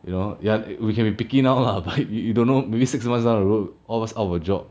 you know ya we can be picky now lah but you don't know maybe six months down the road all of us out of job